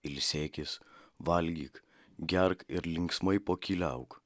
ilsėkis valgyk gerk ir linksmai pokyliauk